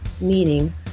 meaning